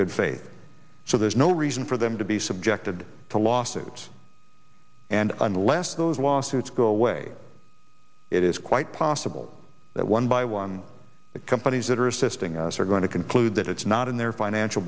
good faith so there's no reason for them to be subjected to lawsuits and unless those lawsuits go away it is quite possible that one by one the companies that are assisting us are going to conclude that it's not in their financial